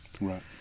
Right